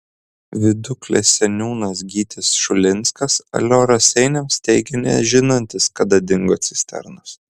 viduklės seniūnas gytis šulinskas alio raseiniams teigė nežinantis kada dingo cisternos